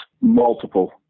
multiple